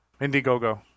Indiegogo